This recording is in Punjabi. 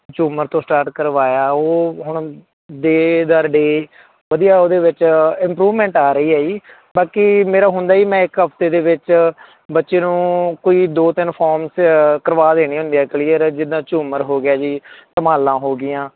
ਝੂਮਰ ਤੋਂ ਸਟਾਰਟ ਕਰਵਾਇਆ ਉਹ ਹੁਣ ਡੇ ਦਰ ਡੇ ਵਧੀਆ ਉਹਦੇ ਵਿੱਚ ਇਮਪਰੂਵਮੈਂਟ ਆ ਰਹੀ ਹੈ ਜੀ ਬਾਕੀ ਮੇਰਾ ਹੁੰਦਾ ਜੀ ਮੈਂ ਇੱਕ ਹਫ਼ਤੇ ਦੇ ਵਿੱਚ ਬੱਚੇ ਨੂੰ ਕੋਈ ਦੋ ਤਿੰਨ ਫੋਰਮਸ ਕਰਵਾ ਦੇਣੇ ਹੁੰਦੇ ਹਾਂ ਕਲੀਅਰ ਜਿੱਦਾਂ ਝੂਮਰ ਹੋ ਗਿਆ ਜੀ ਧਮਾਲਾਂ ਹੋ ਗਈਆਂ